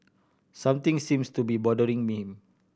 something seems to be bothering him